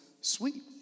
sweet